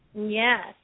Yes